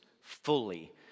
fully